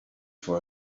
for